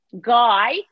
guy